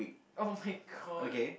[oh]-my-god